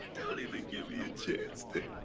don't even give me a chance.